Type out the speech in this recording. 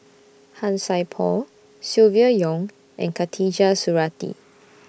Han Sai Por Silvia Yong and Khatijah Surattee